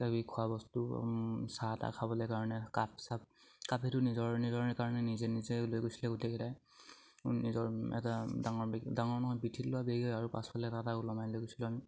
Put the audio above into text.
তাৰপিছত খোৱা বস্তু চাহ তাহ খাবলে কাৰণে কাপ চাপ নিজৰ নিজৰ কাৰণে নিজে নিজে ওলাই গৈছিলে গোটেইকেইটাই নিজৰ এটা ডাঙৰ ডাঙৰ নহয় পিঠিত লোৱা বেগ হয় আৰু পাছফালে তাত ওলমাই লৈ গৈছিলোঁ আমি